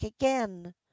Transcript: again